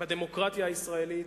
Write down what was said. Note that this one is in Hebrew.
בדמוקרטיה הישראלית,